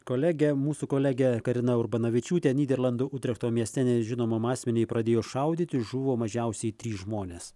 kolegė mūsų kolegė karina urbanavičiūtė nyderlandų utrechto mieste nežinomam asmeniui pradėjus šaudyti žuvo mažiausiai trys žmonės